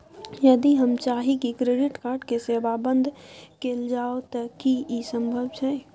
यदि हम चाही की क्रेडिट कार्ड के सेवा बंद कैल जाऊ त की इ संभव छै?